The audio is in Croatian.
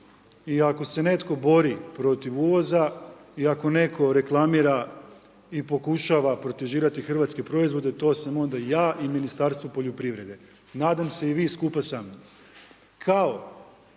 i ako se netko bori protiv uvoza i ako netko reklamira i pokušava protižira hrvatske proizvode, to sam onda ja i Ministarstvo poljoprivrede. Nadam se i vi skupa sa